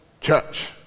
church